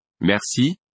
Merci